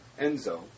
Enzo